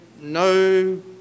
no